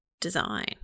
design